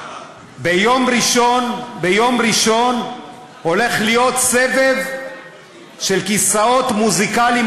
ביום ראשון הולך להיות סבב של כיסאות מוזיקליים,